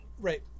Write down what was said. Right